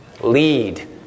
Lead